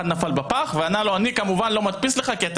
אחד נפל בפח ואמר: אני לא מדפיס לך כי אתה